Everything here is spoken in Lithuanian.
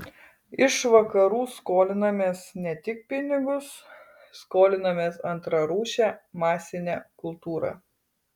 iš vakarų skolinamės ne tik pinigus skolinamės antrarūšę masinę kultūrą